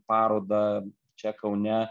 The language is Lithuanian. parodą čia kaune